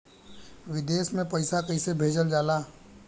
विदेश में पैसा कैसे भेजल जाला?